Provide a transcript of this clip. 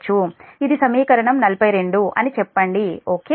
ఇది సమీకరణం 42 అని చెప్పండి ఓకే